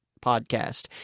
podcast